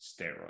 steroids